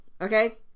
okay